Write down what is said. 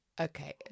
Okay